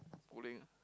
bowling ah